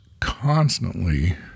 constantly